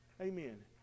Amen